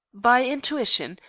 by intuition.